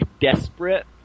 desperate